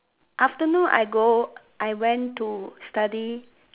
afternoon I go I went to study